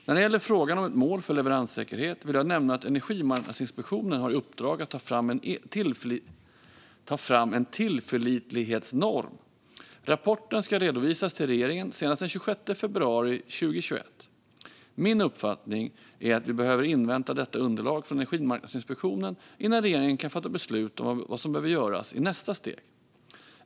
När det gäller frågan om ett mål för leveranssäkerhet vill jag nämna att Energimarknadsinspektionen har i uppdrag att ta fram en tillförlitlighetsnorm. Rapporten ska redovisas till regeringen senast den 26 februari 2021. Min uppfattning är att vi behöver invänta detta underlag från Energimarknadsinspektionen innan regeringen kan fatta beslut om vad som behöver göras i nästa steg.